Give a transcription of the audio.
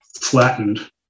flattened